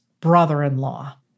brother-in-law